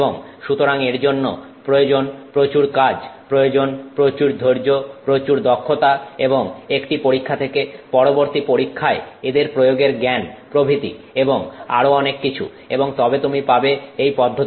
এবং সুতরাং এর জন্য প্রয়োজন প্রচুর কাজ প্রয়োজন প্রচুর ধৈর্য প্রচুর দক্ষতা এবং একটি পরীক্ষা থেকে পরবর্তী পরীক্ষায় এদের প্রয়োগের জ্ঞান প্রভৃতি এবং আরও অনেক কিছু এবং তবে তুমি পাবে এই পদ্ধতি